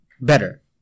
better